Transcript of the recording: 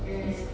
mm